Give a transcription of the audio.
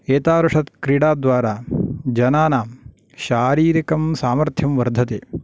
एतादृश क्रीडाद्वारा जनानां शारीरकं सामर्थ्यं वर्धते